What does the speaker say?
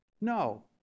No